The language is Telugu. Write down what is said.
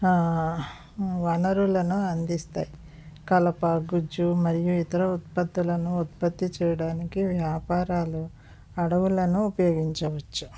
ఆ వనరులను అందిస్తాయి కలప గుజ్జు మరియు ఇతర ఉత్పత్తులను ఉత్పత్తి చేయడానికి వ్యాపారాలు అడవులను ఉపయోగించవచ్చు